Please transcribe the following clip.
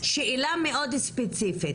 שאלה מאוד ספציפית